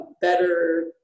better